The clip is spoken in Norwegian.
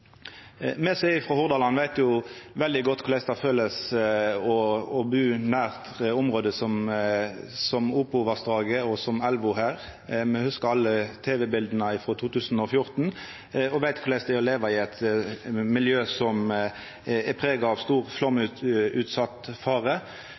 Me som er frå Hordaland, veit veldig godt korleis det kjennest å bu nært område som Opovassdraget og elva der. Me hugsar alle tv-bilda frå 2014 og veit korleis det er å leva i eit miljø som er prega av stor